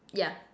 yeah